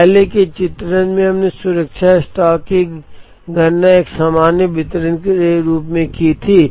पहले के चित्रण में हमने सुरक्षा स्टॉक की गणना एक सामान्य वितरण के रूप में की थी